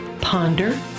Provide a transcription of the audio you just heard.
ponder